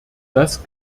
das